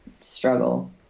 struggle